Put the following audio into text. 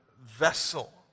vessel